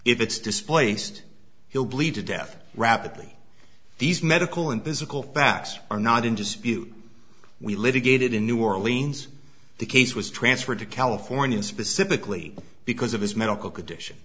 if it's displaced he'll bleed to death rapidly these medical and physical facts are not in dispute we litigated in new orleans the case was transferred to california specifically because of his medical condition